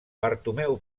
bartomeu